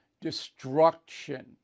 destruction